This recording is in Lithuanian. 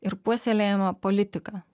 ir puoselėjama politika